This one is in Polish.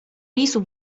lisów